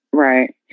Right